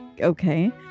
okay